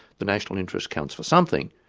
the national interest counts for something,